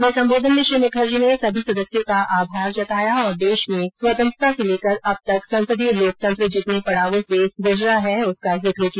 अपने सम्बोधन में श्री मुखर्जी ने सभी सदस्यों का आभार जताया और देश में स्वतंत्रता से लेकर अब तक संसदीय लोकतंत्र जितने पड़ावों से गुजरा है उसका जिक्र किया